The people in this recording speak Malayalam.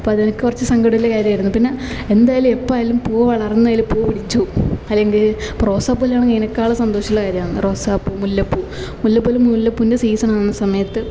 അപ്പമത് എനിക്ക് കുറച്ച് സങ്കടമുള്ള കാര്യമായിരുന്നു പിന്നെ എന്തായാലും എപ്പം ആയാലും പൂവളർന്നതില് പൂ പിടിച്ചു അല്ലെങ്കിൽ റോസാ പൂ വല്ലതും ആണങ്കിൽ അതിനെക്കാളും സന്തോഷമുള്ള കാര്യമെന്ന് റോസാ പൂ മുല്ല പൂ മുല്ല പൂല് മുല്ല പൂൻ്റെ സീസൺ ആകണ സമയത്ത്